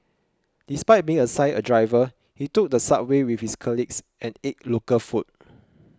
despite being assigned a driver he took the subway with his colleagues and ate local food